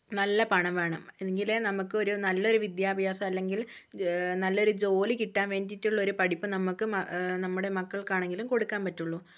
നല്ല പണം വേണം എങ്കിലേ നമുക്കൊരു നല്ലൊരു വിദ്യാഭ്യാസം അല്ലെങ്കിൽ നല്ലൊരു ജോലി കിട്ടാൻ വേണ്ടിയിട്ടുള്ളൊരു പഠിപ്പ് നമ്മൾക്ക് നമ്മുടെ മക്കൾക്കാണെങ്കിലും കൊടുക്കാൻ പറ്റുള്ളൂ